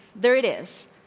there it iss.